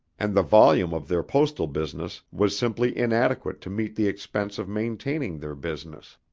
and the volume of their postal business was simply inadequate to meet the expense of maintaining their business